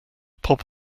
pop